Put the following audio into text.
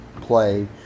play